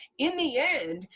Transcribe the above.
in the end,